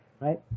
right